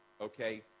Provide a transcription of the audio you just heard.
okay